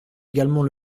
également